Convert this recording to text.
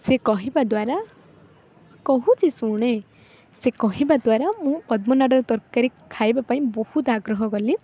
ସେ କହିବା ଦ୍ୱାରା କହୁଛି ଶୁଣେ ସେ କହିବା ଦ୍ୱାରା ମୁଁ ପଦ୍ମନାଡ଼ର ତରକାରୀ ଖାଇବା ପାଇଁ ବହୁତ ଆଗ୍ରହ କଲି